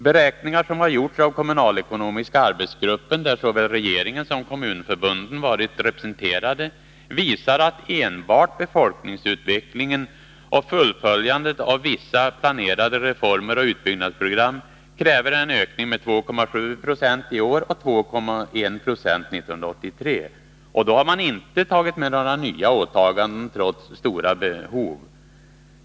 Beräkningar som gjorts av kommunalekonomiska arbetsgruppen — där såväl regeringen som kommunförbunden varit representerade — visar att enbart befolkningsutvecklingen och fullföljandet av vissa planerade reformer och utbyggnadsprogram kräver en ökning med 2,7 9o i år och 2,1 90 1983. Då har man inte räknat med några nya åtaganden, trots stora behov.